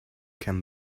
can